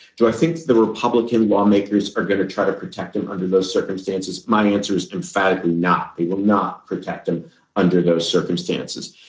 do i think the republican lawmakers are going to try to protect him under those circumstances? my answer is emphatically not. they will not protect him under those circumstances.